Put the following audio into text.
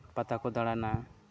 ᱯᱟᱛᱟ ᱠᱚ ᱫᱟᱬᱟᱱᱟ